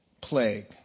plague